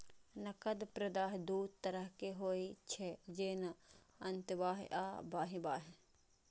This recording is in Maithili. नकद प्रवाह दू तरहक होइ छै, जेना अंतर्वाह आ बहिर्वाह